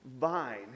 vine